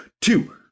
two